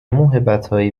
موهبتهایی